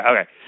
okay